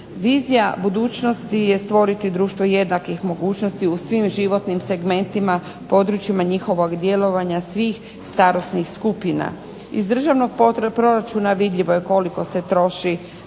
Vizija budućnosti je stvoriti društvo jednakih mogućnosti u svim životnim segmentima, područjima njihovog djelovanja svih starosnih skupina. Iz državnog proračuna vidljivo je koliko se troši